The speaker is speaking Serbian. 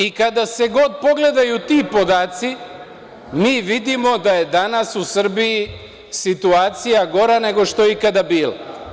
I kada se god pogledaju ti podaci, mi vidimo da je danas u Srbiji situacija gora nego što je ikada bila.